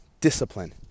Discipline